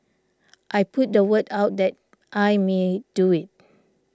I put the word out that I may do it